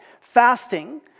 Fasting